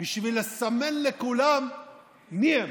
בשביל לסמן לכולם מיהם,